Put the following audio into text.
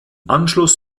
anschluss